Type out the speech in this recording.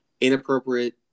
inappropriate